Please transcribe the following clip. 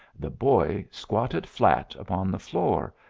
the boy squatted flat upon the floor,